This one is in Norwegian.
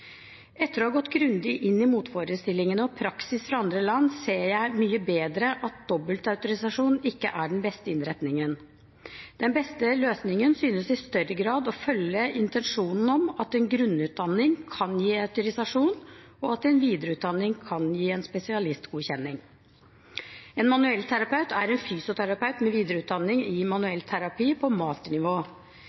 Etter å ha gått grundig inn i motforestillingene og praksis fra andre land ser jeg mye bedre at dobbeltautorisasjon ikke er den beste innretningen. Den beste løsningen synes i større grad å følge intensjonen om at en grunnutdanning kan gi autorisasjon, og at en videreutdanning kan gi en spesialistgodkjenning. En manuellterapeut er en fysioterapeut med videreutdanning i manuellterapi på